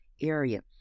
area